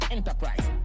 Enterprise